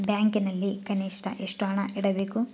ಬ್ಯಾಂಕಿನಲ್ಲಿ ಕನಿಷ್ಟ ಎಷ್ಟು ಹಣ ಇಡಬೇಕು?